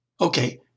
Okay